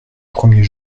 premier